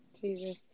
Jesus